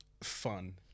fun